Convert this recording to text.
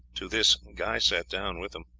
to this guy sat down with them,